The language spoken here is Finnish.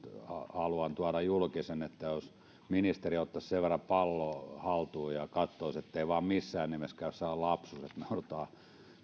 haluan tuoda julki sen että jos ministeri ottaisi sen verran palloa haltuun ja katsoisi ettei vain missään nimessä käy sellainen lapsus että me joudumme